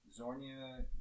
Zornia